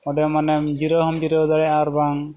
ᱚᱸᱰᱮ ᱢᱟᱱᱮᱢ ᱡᱤᱨᱟᱹᱣ ᱦᱚᱸᱢ ᱡᱤᱨᱟᱹᱣ ᱫᱟᱲᱮᱭᱟᱜᱼᱟ ᱟᱨ ᱵᱟᱝ